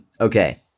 okay